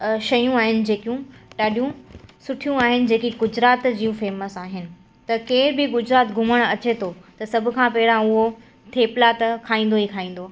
शयूं आहिनि जेकियूं ॾाढियूं सुठियूं आहिनि जेकी गुजरात जूं फ़ेमस आहिनि त केरु बि गुजरात घुमण अचे थो त सभु खां पहिरी उहो थेपला त खाईंदो ई खाईंदो